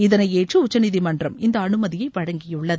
இதனை ஏற்று உச்சநீதிமன்றம் இந்த அனுமதியை வழங்கியுள்ளது